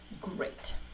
great